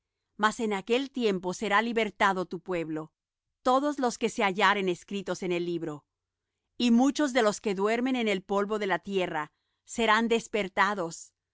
mas en aquel tiempo será libertado tu pueblo todos los que se hallaren escritos en el libro y muchos de los que duermen en el polvo de la tierra serán despertados